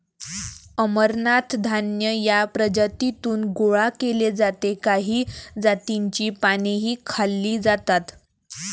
अमरनाथ धान्य या प्रजातीतून गोळा केले जाते काही जातींची पानेही खाल्ली जातात